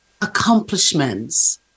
accomplishments